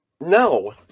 No